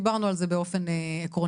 דיברנו על זה באופן עקרוני,